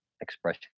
expression